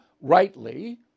rightly